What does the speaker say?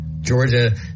Georgia